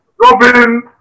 Robin